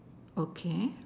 okay